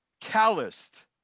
calloused